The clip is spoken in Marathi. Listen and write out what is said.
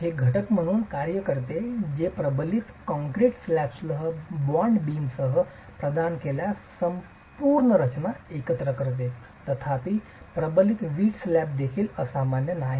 हे घटक म्हणून कार्य करते जे प्रबलित कंक्रीट स्लॅबसह बॉन्ड बीमसह प्रदान केल्यास संपूर्ण रचना एकत्र करते तथापि प्रबलित वीट स्लॅब देखील असामान्य नाहीत